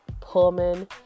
Pullman